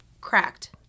cracked